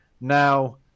now